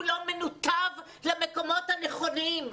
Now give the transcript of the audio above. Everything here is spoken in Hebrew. הוא לא מנותב למקומות הנכונים.